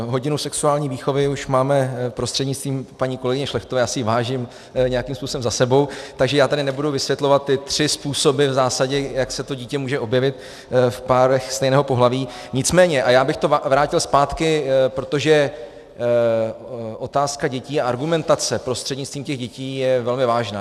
Hodinu sexuální výchovy už máme prostřednictvím paní kolegyně Šlechtové, já si jí vážím, nějakým způsobem za sebou, takže já tady nebudu vysvětlovat ty tři způsoby, v zásadě jak se to dítě může objevit v párech stejného pohlaví, nicméně a já bych to vrátil zpátky, protože otázka dětí a argumentace prostřednictvím těch dětí je velmi vážná.